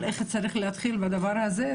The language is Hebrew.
על איך צריך להתחיל בדבר הזה.